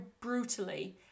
brutally